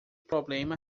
problema